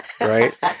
right